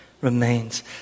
remains